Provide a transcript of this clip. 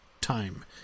time